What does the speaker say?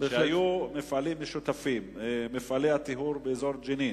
שהיו מפעלים משותפים: מפעלי הטיהור באזור ג'נין,